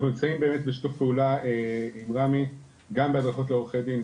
אנחנו נמצאים באמת בשיתוף פעולה עם רמ"י גם בהדרכות לעורכי דין,